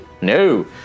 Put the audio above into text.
No